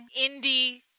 indie